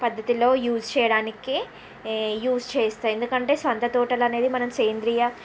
పద్దతిలో యూస్ చేయడానికే యూస్ చేస్తాను ఎందుకంటే సొంతతోటలనేవి మనం సేంద్రియ